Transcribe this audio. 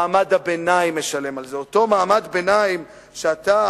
מעמד הביניים משלם על זה, אותו מעמד ביניים שאתה